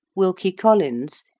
wilkie collins,